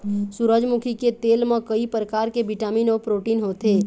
सूरजमुखी के तेल म कइ परकार के बिटामिन अउ प्रोटीन होथे